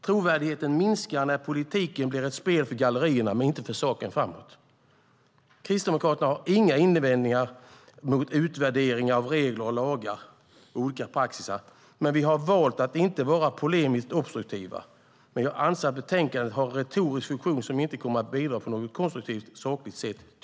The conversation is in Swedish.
Trovärdigheten minskar när politiken blir ett spel för gallerierna men inte för saken framåt. Kristdemokraterna har inte några invändningar mot utvärdering av regler, lagar och olika praxis. Men vi har valt att inte vara polemiskt obstruktiva. Jag anser att betänkandet har en retorisk funktion som tyvärr inte kommer att bidra på något konstruktivt sakligt sätt.